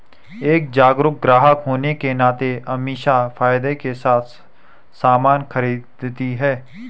एक जागरूक ग्राहक होने के नाते अमीषा फायदे के साथ सामान खरीदती है